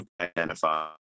identify